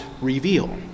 reveal